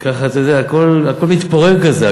הכול מתפורר כזה.